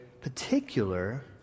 particular